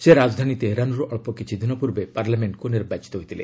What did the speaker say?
ସେ ରାଜଧାନୀ ତେହେରାନରୁ ଅକ୍ଷ କିଛିଦିନ ପୂର୍ବେ ପାର୍ଲମେଣ୍ଟକୁ ନିର୍ବାଚିତ ହୋଇଥିଲେ